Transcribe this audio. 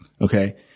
Okay